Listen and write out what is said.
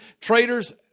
traitors